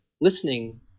listening